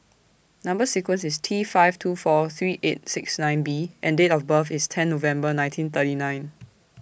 Number sequence IS T five two four three eight six nine B and Date of birth IS ten November nineteen thirty nine